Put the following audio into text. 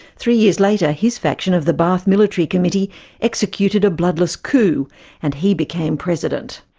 three years later his faction of the ba'arh military committee executed a bloodless coup and he became president.